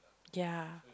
ya